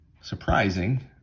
surprising